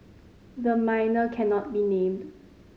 the minor cannot be named